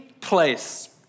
place